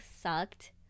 sucked